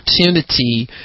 opportunity